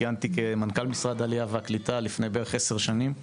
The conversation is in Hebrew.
כמנכ"ל משרד העלייה והקליטה לפני כעשר שנים.